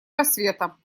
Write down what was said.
рассвета